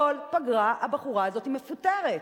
כל פגרה הבחורה הזאת מפוטרת.